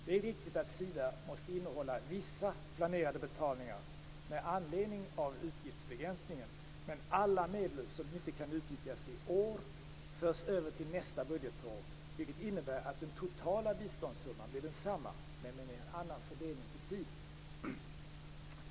Det är riktigt att Sida måste innehålla vissa planerade betalningar med anledning av utgiftsbegränsningen, men alla medel som inte kan utnyttjas i år förs över till nästa budgetår, vilket innebär att den totala biståndssumman blir densamma men med en annan fördelning i tiden.